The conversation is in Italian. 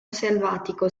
selvatico